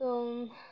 তো